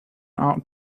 ought